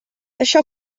això